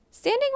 Standing